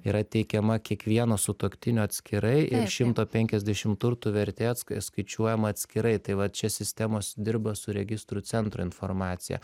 yra teikiama kiekvieno sutuoktinio atskirai ir šimto penkiasdešim turtų vertė ats skaičiuojama atskirai tai vat čia sistemos dirba su registrų centro informacija